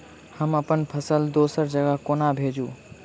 हम अप्पन फसल दोसर जगह कोना भेजू?